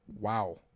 Wow